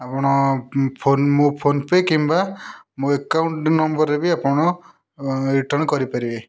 ଆପଣ ଫୋନ୍ ମୋ ଫୋନ୍ପେ କିମ୍ବା ମୋ ଏକାଉଣ୍ଟ୍ ନମ୍ବର୍ରେ ବି ଆପଣ ରିଟର୍ନ୍ କରିପାରିବେ